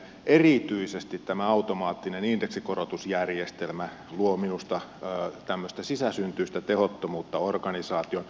erityisesti tämä automaattinen indeksikorotusjärjestelmä luo minusta tämmöistä sisäsyntyistä tehottomuutta organisaatioon